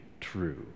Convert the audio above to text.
true